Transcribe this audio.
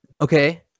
Okay